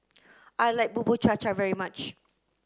I like Bubur Cha Cha very much